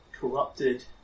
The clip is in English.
corrupted